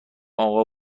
اقا